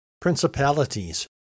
principalities